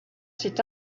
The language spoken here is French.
cet